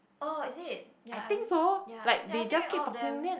oh is it ya I ya I ya I think all of them